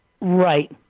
Right